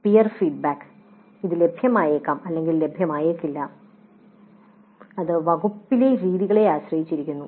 peer feedback ഇത് ലഭ്യമായേക്കാം അല്ലെങ്കിൽ ലഭ്യമായേക്കില്ല അത് വകുപ്പിലെ രീതികളെ ആശ്രയിച്ചിരിക്കുന്നു